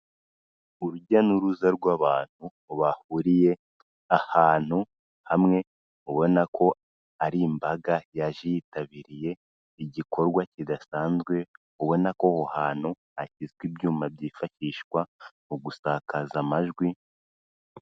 Urujya n'uruza rw'abantu bahuriye ahantu hamwe ubona ko ari imbaga yaje yitabiriye igikorwa kidasanzwe, ubona ko aho hantu hashyizwe, ibyuma byifashishwa mu gusakaza amajwi.